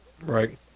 Right